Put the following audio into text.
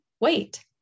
wait